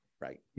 Right